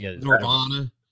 Nirvana